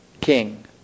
King